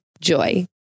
Joy